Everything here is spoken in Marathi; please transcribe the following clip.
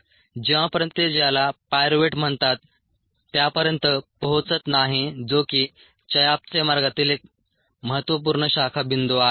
जेंव्हापर्यंत ते ज्याला पायरुव्हेट म्हणतात त्यापर्यंत पोहोचत नाही जो की चयापचय मार्गातील एक महत्त्वपूर्ण शाखा बिंदू आहे